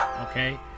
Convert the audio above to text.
okay